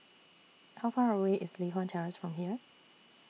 How Far away IS Li Hwan Terrace from here